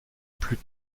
plus